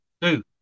two